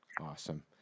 Awesome